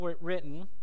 written